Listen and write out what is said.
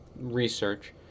research